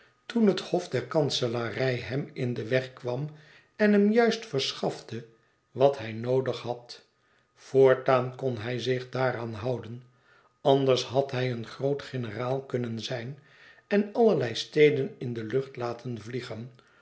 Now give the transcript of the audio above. toen het hof der kanselarij hem in den weg kwam en hem juist verschafte wat hij noodig had voortaan kon hij zich daaraan houden anders had hij een groot generaal kunnen zijn en allerlei steden in de lucht laten vliegen